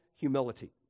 Humility